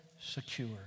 secure